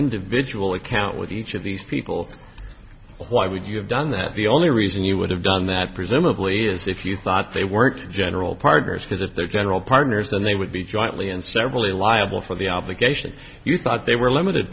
individual account with each of these people why would you have done that the only reason you would have done that presumably is if you thought they were general partners for that their general partners and they would be jointly and severally liable for the obligation if you thought they were limited